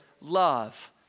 love